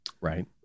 Right